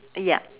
ya